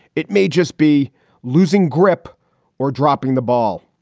it may just be losing grip or dropping the ball.